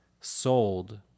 sold